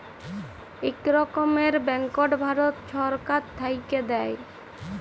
ইক রকমের ব্যাংকট ভারত ছরকার থ্যাইকে দেয়